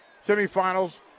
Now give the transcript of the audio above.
semifinals